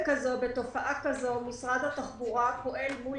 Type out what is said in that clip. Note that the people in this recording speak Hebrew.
בתופעה כזו משרד התחבורה פועל מול